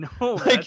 No